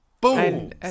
boom